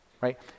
right